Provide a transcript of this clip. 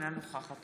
אינה נוכחת